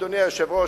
אדוני היושב-ראש,